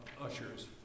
ushers